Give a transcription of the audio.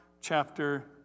chapter